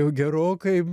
jau gerokai